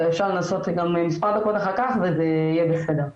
אפשר לנסות גם מספר דקות אחר כך וזה יהיה בסדר.